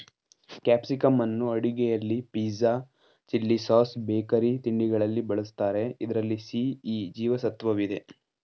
ಕ್ಯಾಪ್ಸಿಕಂನ್ನು ಅಡುಗೆಯಲ್ಲಿ pizza, chilli sauce, bakery ತಿಂಡಿಗಳಲ್ಲಿ ಬಳ್ಸತ್ತರೆ ಇದ್ರಲ್ಲಿ ಸಿ, ಇ ಜೀವ ಸತ್ವವಿದೆ